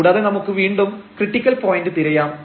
കൂടാതെ നമുക്ക് വീണ്ടും ക്രിട്ടിക്കൽ പോയന്റ് തിരയാം